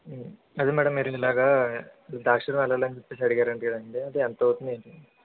అదే మేడం మీరు ఇలాగ ద్రాక్షారామం వెళ్ళాలి అని చెప్పేసి అడిగారంటకదండీ అది ఎంతవుతుంది ఏంటి